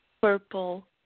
purple